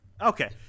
Okay